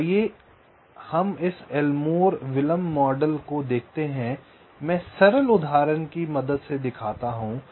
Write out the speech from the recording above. तो आइए हम इस एलमोर विलंब मॉडल को देखते हैं मैं सरल उदाहरण की मदद से दिखाता हूं